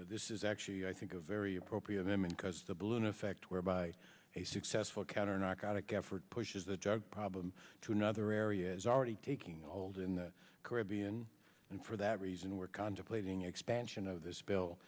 mean this is actually i think a very appropriate i mean because the balloon effect whereby a successful counter narcotics effort pushes the drug problem to another area is already taking hold in the caribbean and for that reason we're contemplating expansion of this bill